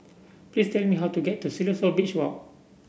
please tell me how to get to Siloso Beach Walk